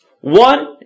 One